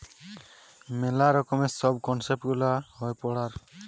মেলা রকমের সব কনসেপ্ট গুলা হয় পড়ার